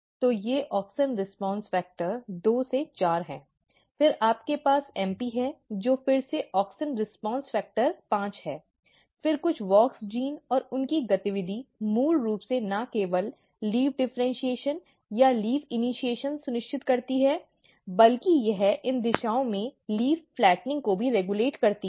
तो ये AUXIN RESPONSE FACTOR2 से 4 हैं फिर आपके पास MP है जो फिर से ऑक्सिन रिस्पांस फैक्टर् 5 है फिर कुछ WOX जीन और उनकी गतिविधि मूल रूप से न केवल पत्ती डिफ़र्इन्शीएशन या पत्ती इनिशीएशन सुनिश्चित करती है बल्कि यह इन दिशाओं में पत्ती फ़्लेटनिंग को भी रेगुलेट करती है